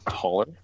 taller